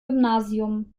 gymnasium